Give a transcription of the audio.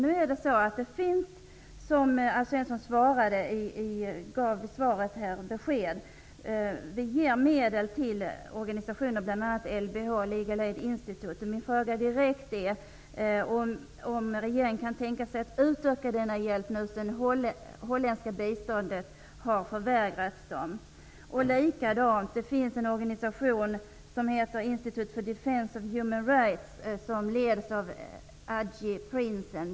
Som Alf Svensson sade i svaret ges medel till organisationer, bl.a. Legal Aid Institute. Kan regeringen tänka sig att utöka denna hjälp sedan denna organisation har förvägrats bistånd från Holland? Det finns också en organisation som heter Institute for the Defence of Human Rights, som leds av Haji Princen.